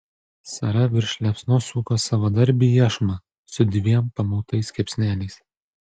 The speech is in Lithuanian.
sara virš liepsnos suko savadarbį iešmą su dviem pamautais kepsneliais